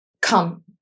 come